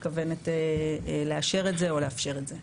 מתכוונת לאשר את זה או לאפשר את זה.